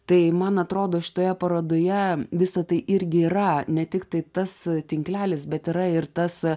tai man atrodo šitoje parodoje visa tai irgi yra ne tik tai tas tinklelis bet yra ir tas